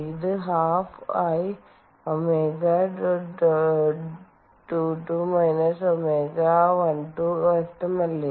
ഇത് 12 I ω22 ω12 വ്യക്തമല്ലേ